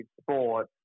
sport